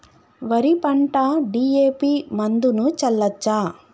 వరి పంట డి.ఎ.పి మందును చల్లచ్చా?